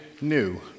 new